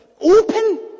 open